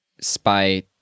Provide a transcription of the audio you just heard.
spy